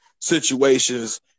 situations